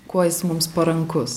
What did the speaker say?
kuo jis mums parankus